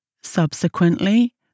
Subsequently